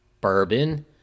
bourbon